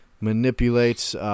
manipulates